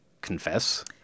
confess